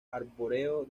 arbóreo